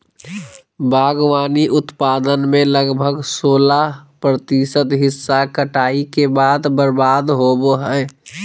बागवानी उत्पादन में लगभग सोलाह प्रतिशत हिस्सा कटाई के बाद बर्बाद होबो हइ